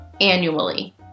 annually